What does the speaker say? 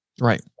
Right